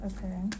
Okay